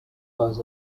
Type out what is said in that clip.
was